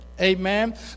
Amen